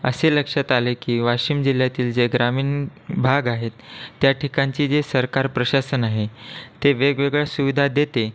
असे लक्षात आले की वाशिम जिल्ह्यातील जे ग्रामीण भाग आहेत त्या ठिकाणची जे सरकार प्रशासन आहे ते वेगवेगळ्या सुविधा देते